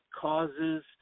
causes